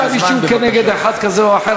זה שיש כתב-אישום כנגד אחד כזה או אחר,